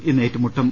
ഇന്ന് ഏറ്റുമുട്ടും